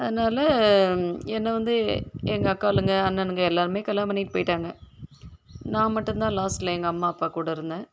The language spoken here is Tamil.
அதனால் என்னை வந்து எங்கள் அக்காளுங்க அண்ணனுங்க எல்லோருமே கல்யாணம் பண்ணிகிட்டு போயிட்டாங்க நான் மட்டும் தான் லாஸ்ட்டில் எங்கள் அம்மா அப்பா கூட இருந்தேன்